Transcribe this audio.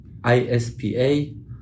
ISPA